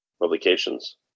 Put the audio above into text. publications